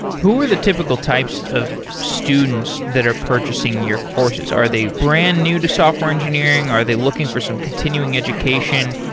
who are the typical types of students that are purchasing your courses? are they brand-new to software engineering are they looking for some continuing education?